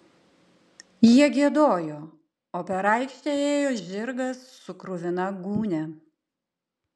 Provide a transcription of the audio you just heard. jie giedojo o per aikštę ėjo žirgas su kruvina gūnia